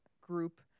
group